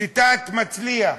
שיטת "מצליח"